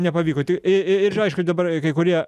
nepavyko ir ir aišku dabar jai kai kurie